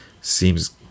seems